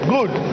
Good